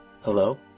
Hello